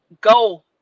go